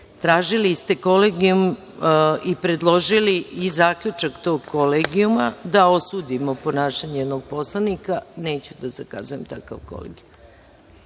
grupa. Tražili ste Kolegijum i predložili i zaključak tog Kolegijuma da osudimo ponašanje jednog poslanika. Neću da zakazujem takav Kolegijum.